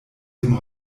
dem